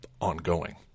ongoing